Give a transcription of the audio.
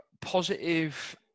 Positive